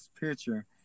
picture